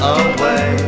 away